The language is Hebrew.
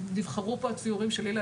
ונבחרו פה הציורים של אילן,